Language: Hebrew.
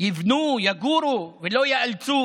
יבנו ויגורו ולא ייאלצו